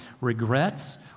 regrets